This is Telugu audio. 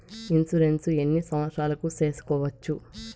ఇన్సూరెన్సు ఎన్ని సంవత్సరాలకు సేసుకోవచ్చు?